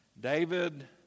David